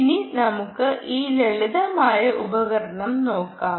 ഇനി നമുക്ക് ഈ ലളിതമായ ഉപകരണം നോക്കാം